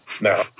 now